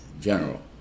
general